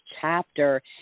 chapter